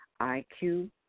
IQ